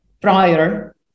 prior